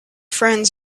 friends